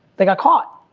they got caught.